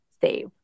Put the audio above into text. save